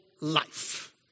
life